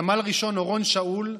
סמל ראשון אורון שאול,